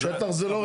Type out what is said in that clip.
השטח זה לא רלוונטי.